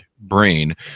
Brain